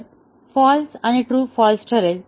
तर फाँल्स आणि true false ठरेल